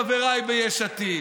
חבריי ביש עתיד.